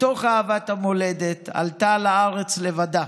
מתוך אהבת המולדת, עלתה לארץ לבדה